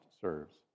serves